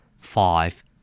five